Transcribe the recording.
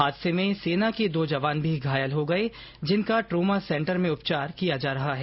हादसे में सेना के दो जवान भी घायल हो गए जिनका ट्रोमा सेंटर में उपचार किया रहा है